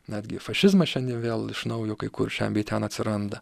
netgi fašizmas šiandien vėl iš naujo kai kur šen bei ten atsiranda